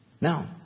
Now